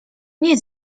nie